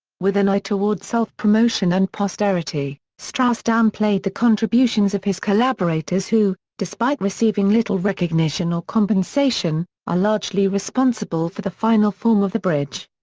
with an eye toward self-promotion and posterity, strauss downplayed the contributions of his collaborators who, despite receiving little recognition or compensation, are largely responsible for the final form of the bridge.